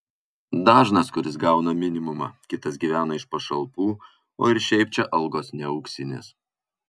dažnas kuris gauna minimumą kitas gyvena iš pašalpų o ir šiaip čia algos ne auksinės